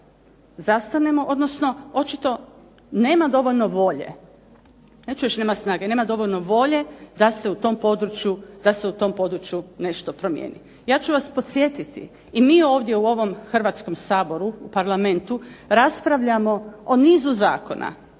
zastanemo odnosno očito nema dovoljno volje, neću reći snage, nema dovoljno volje da se u tom području promijeni. Ja ću vas podsjetiti i mi ovdje u Hrvatskom saboru, u Parlamentu raspravljamo o nizu zakona